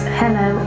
hello